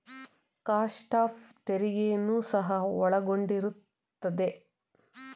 cost of ತೆರಿಗೆಯನ್ನು ಸಹ ಒಳಗೊಂಡಿರುತ್ತದೆ